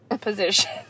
position